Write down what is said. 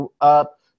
up